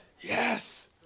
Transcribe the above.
Yes